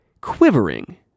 quivering